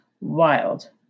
wild